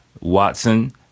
Watson